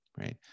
right